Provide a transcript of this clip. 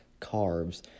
carbs